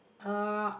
uh